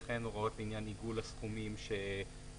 וכן הוראות לעניין עיגול הסכומים שיוחזרו.